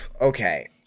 Okay